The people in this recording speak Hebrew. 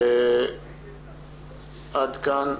עד כאן.